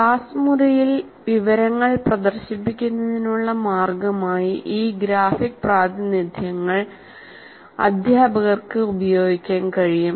class മുറിയിൽ വിവരങ്ങൾ പ്രദർശിപ്പിക്കുന്നതിനുള്ള മാർഗമായി ഈ ഗ്രാഫിക് പ്രാതിനിധ്യങ്ങൾ അധ്യാപകർക്ക് ഉപയോഗിക്കാൻ കഴിയും